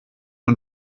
und